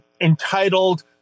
entitled